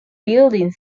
buildings